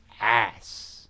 ass